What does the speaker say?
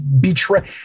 betray